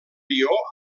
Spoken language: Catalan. lió